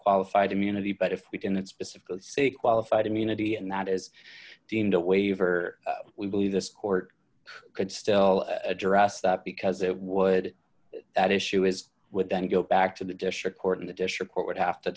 qualified immunity but if we can that specifically say qualified immunity and that is deemed a waiver we believe this court could still address that because it would that issue is would then go back to the district court and the dish report would have to